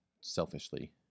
Selfishly